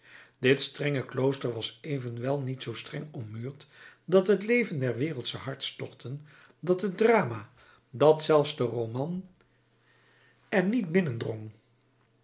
dit strenge klooster was evenwel niet zoo streng ommuurd dat het leven der wereldsche hartstochten dat het drama dat zelfs de roman er niet